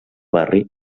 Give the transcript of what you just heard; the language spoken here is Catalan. barri